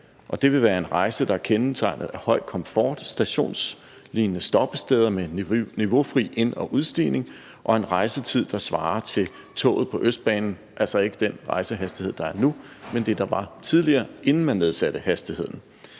det vil være en rejse, der er kendetegnet ved høj komfort, stationslignende stoppesteder med niveaufri ind- og udstigning og en rejsetid, der svarer til toget på Østbanens, altså ikke med den rejsehastighed, der er nu, men med den, der var tidligere, inden man nedsatte hastigheden.